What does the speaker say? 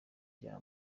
rya